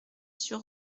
sur